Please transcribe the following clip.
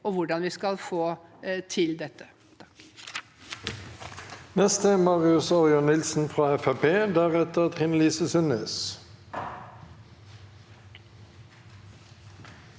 av hvordan vi skal få til dette.